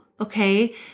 Okay